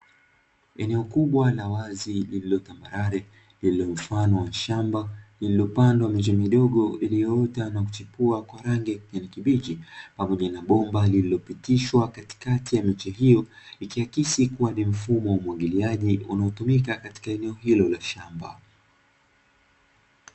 Eneo kubwa la wazi lililo tambarare lililo mfano wa shamba lililopandwa miche mdogo, iliyoota na kuchipua kwa rangi ya kijani kibichi, pamoja na bomba lililopitishwa katikati ya miche hiyo; ikiakisi ni mfumo wa umwagiliaji unaotumika katika sehemu iyo ya shamba.